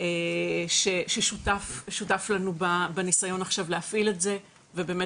ששותף לנו בניסיון עכשיו להפעיל את זה ובאמת